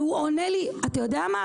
והוא עונה לי אתה יודע מה,